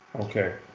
okay